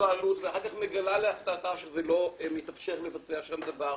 בעלות ואחר כך מגלה להפתעתה שלא מתאפשר לבצע אם דבר.